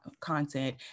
content